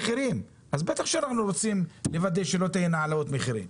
אז בטח שאנחנו רוצים לוודא שלא תהיינה העלאות מחירים.